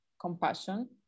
compassion